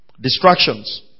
Distractions